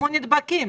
כנדבקים.